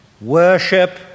Worship